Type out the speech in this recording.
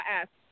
ask